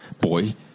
boy